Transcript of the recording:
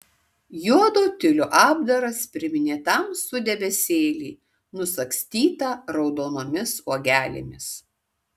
juodo tiulio apdaras priminė tamsų debesėlį nusagstytą raudonomis uogelėmis